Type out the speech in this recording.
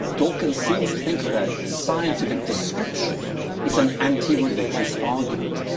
dawkins seems to think ah that scientific description is an anti-religious argument.